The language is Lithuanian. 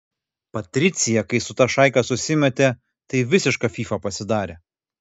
patricija kai su ta šaika susimetė tai visiška fyfa pasidarė